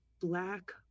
black